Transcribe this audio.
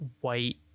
white